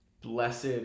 Blessed